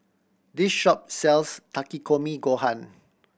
this shop sells Takikomi Gohan